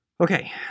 Okay